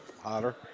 hotter